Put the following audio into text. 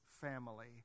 family